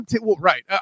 Right